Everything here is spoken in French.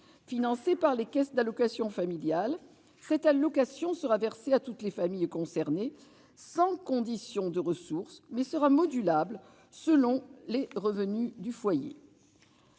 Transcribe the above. Financée par les caisses d'allocations familiales, cette allocation sera versée à toutes les familles concernées, sans conditions de ressources, mais elle sera modulable selon les revenus du foyer.